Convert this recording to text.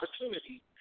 opportunity